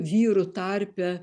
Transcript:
vyrų tarpe